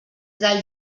del